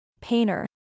Painter